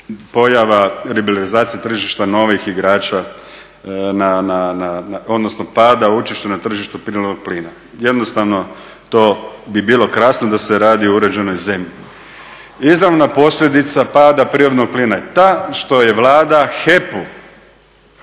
pojava liberalizacije tržišta novih igrača odnosno pada učešća na tržištu prirodnog plina. Jednostavno to bi bilo krasno da se radi o uređenoj zemlji. Izravna posljedica pada prirodnog plina je ta što je Vlada HEP-u